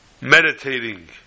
meditating